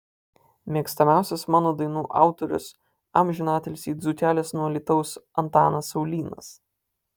mėgstamiausias mano dainų autorius amžiną atilsį dzūkelis nuo alytaus antanas saulynas